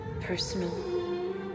personal